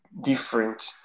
different